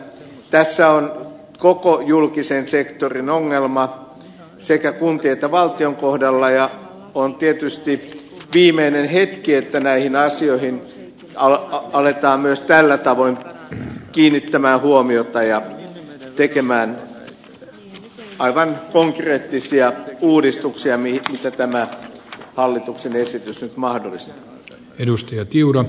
tämä on ongelma koko julkisella sektorilla sekä kuntien että valtion kohdalla ja on tietysti viimeinen hetki että näihin asioihin aletaan myös tällä tavoin kiinnittää huomiota ja tehdä aivan konkreettisia uudistuksia mitä tämä hallituksen esitys nyt mahdollistaa